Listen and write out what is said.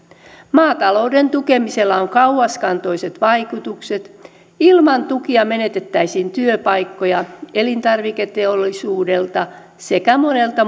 maatalouden tukemisella on kauaskantoiset vaikutukset ilman tukia menetettäisiin työpaikkoja elintarviketeollisuudelta sekä monelta